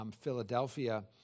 Philadelphia